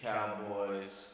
Cowboys